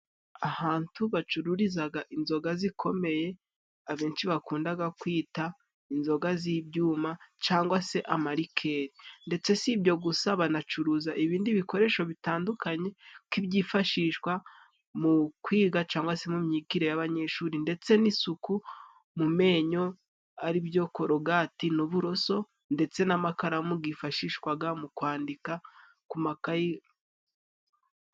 Ahantu bacururizaga inzoga zikomeye abenshi bakundaga kwita inzoga z'ibyuma cangwa se amarikeli. Ndetse si ibyo gusa banacuruza ibindi bikoresho bitandukanye nk'ibyifashishwa mu kwiga cangwa se mu myigire y'abanyeshuri ndetse n'isuku mu menyo aribyo korogati n'uburoso ndetse n'amakaramu gifashishwaga mu kwandika ku makayi.